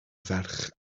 ferch